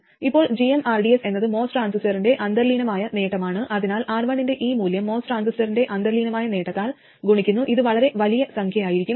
ഇപ്പോൾ gmrds എന്നത് MOS ട്രാൻസിസ്റ്ററിന്റെ അന്തർലീനമായ നേട്ടമാണ് അതിനാൽ R1 ന്റെ ഈ മൂല്യം MOS ട്രാൻസിസ്റ്ററിന്റെ അന്തർലീനമായ നേട്ടത്താൽ ഗുണിക്കുന്നു ഇത് വളരെ വലിയ സംഖ്യയായിരിക്കാം